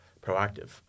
proactive